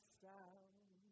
sound